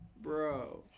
Bro